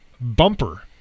bumper